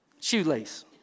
shoelace